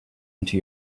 into